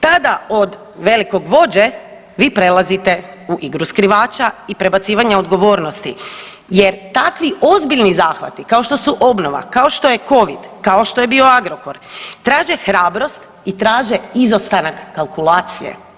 Tada od velikog vođe vi prelazite u igru skrivača i prebacivanje dogovornosti, jer takvi ozbiljni zahvati kao što su obnova, kao što je covid, kao što je bio Agrokor traže hrabrost i traže izostanak kalkulacije.